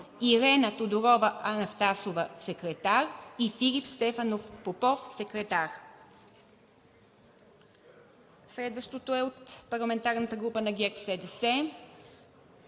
Ирена Тодорова Анастасова – секретар; и Филип Стефанов Попов – секретар.“ Следващото е от парламентарната група на „ГЕРБ-СДС“: